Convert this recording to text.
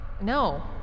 no